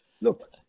Look